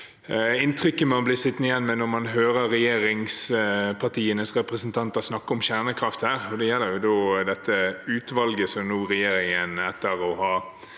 inntrykket man blir sittende igjen med når man hører regjeringspartienes representanter snakke om kjernekraft. Det gjelder da dette utvalget som regjeringen, etter å ha